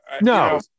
No